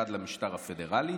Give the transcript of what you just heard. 1. למשטר הפדרלי,